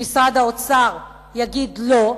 שמשרד האוצר יגיד לא,